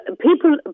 People